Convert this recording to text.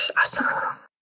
Awesome